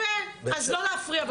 יפה, אז לא להפריע בבקשה.